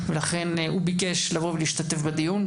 לכן הוא ביקש לבוא ולהשתתף בדיון.